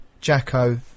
Jacko